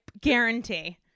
guarantee